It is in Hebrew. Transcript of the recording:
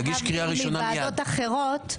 להבדיל מוועדות אחרות,